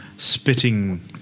Spitting